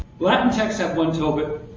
latin texts have one tobit,